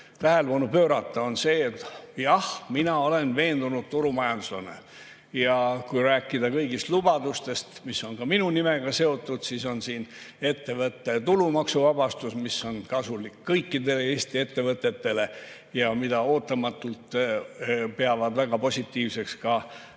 tähelepanu pöörata. Jah, mina olen veendunud turumajanduslane. Kui rääkida kõigist lubadustest, mis on ka minu nimega seotud, siis on siin hulgas ettevõtte tulumaksuvabastus, mis on kasulik kõikidele Eesti ettevõtetele ja mida ootamatult peavad väga positiivseks ka täiesti